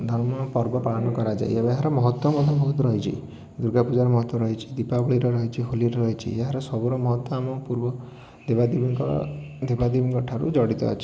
ଧର୍ମ ପର୍ବ ପାଳନ କରାଯାଏ ଏହାର ମହତ୍ତ୍ୱ ମଧ୍ୟ ବହୁତ ରହିଛି ଦୁର୍ଗାପୂଜାର ମହତ୍ତ୍ୱ ରହିଛି ଦୀପାବଳୀର ରହିଛି ହୋଲିର ରହିଛି ଏହାର ସବୁର ମହତ୍ତ୍ୱ ଆମ ପୁର୍ବ ଦେବାଦେବୀଙ୍କ ଦେବାଦେବୀଙ୍କ ଠାରୁ ଜଡ଼ିତ ଅଛି